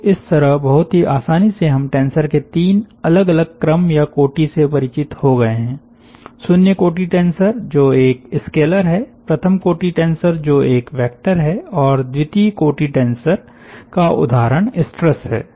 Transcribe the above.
तो इस तरह बहुत ही आसानी से हम टेंसर के तीन अलग अलग क्रम या कोटी से परिचित हो गए है शून्य कोटि टेंसर जो एक स्केलर है प्रथम कोटि टेंसर जो एक वेक्टर है और द्वितीय कोटि टेंसर का उदाहरण स्ट्रेस है